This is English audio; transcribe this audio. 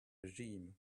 regime